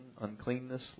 uncleanness